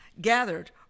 gathered